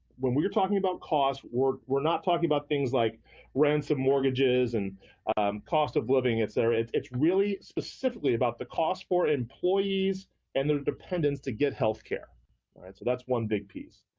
when we are talking about costs, we're we're not talking about things like rents and mortgages and cost of living etc. it's it's really specifically about the costs for employees and their dependents to get health care and so that's one big piece.